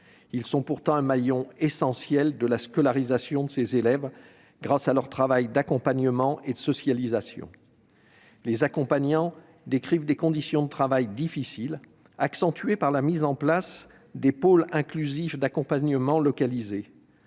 sont pourtant un maillon essentiel de la scolarisation de ces élèves grâce à leur travail d'accompagnement et de socialisation. Les accompagnants décrivent des conditions de travail difficiles, accentuées par la mise en place des pôles inclusifs d'accompagnement localisés.